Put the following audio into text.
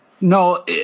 No